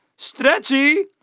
stretchy,